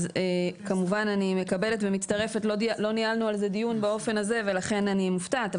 אמנם לא ניהלנו על זה דיון באופן הזה ולכן אני מופתעת,